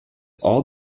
all